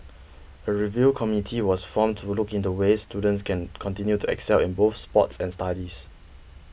a review committee was formed to look into ways students can continue to excel in both sports and studies